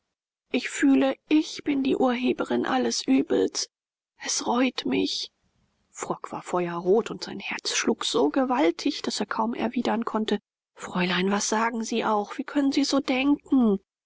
ich fühle ich bin die urheberin alles übels es reut mich frock war feuerrot und sein herz schlug so gewaltig daß er kaum erwidern konnte fräulein was sagen sie auch wie können sie so denken